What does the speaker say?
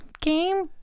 Game